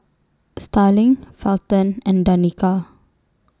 Starling Felton and Danica